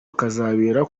ukazabera